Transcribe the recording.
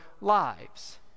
lives